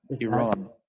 Iran